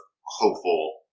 hopeful